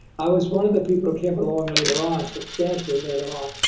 i was one of the people who came along later on, substantially later on,